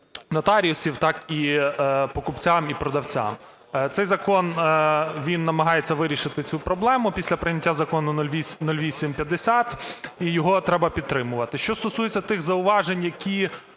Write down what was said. нотаріусів, так і покупцям і продавцям. Цей закон, він намагається вирішити цю проблему після прийняття закону 0850. І його треба підтримувати. Що стосується тих зауважень, які